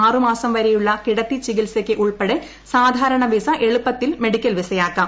ആറു മാസം വരെയുള്ള കിടത്തി ചികിത്സക്ക് ഉൾപ്പെടെ സാധാരണ വിസ എളുപ്പത്തിൽ മെഡിക്കൽ വിസയാക്കാം